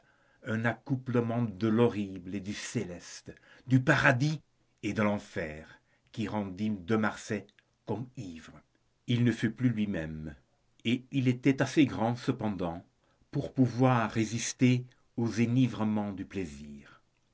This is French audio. un accouplement de l'horrible et du céleste du paradis et de l'enfer qui rendit de marsay comme ivre il ne fut plus lui-même et il était assez grand cependant pour pouvoir résister aux enivrements du plaisir